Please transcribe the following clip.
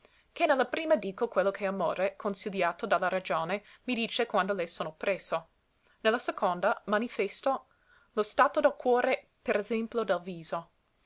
che ne la prima dico quello che amore consigliato da la ragione mi dice quando le sono presso ne la seconda manifesto lo stato del cuore per esemplo del viso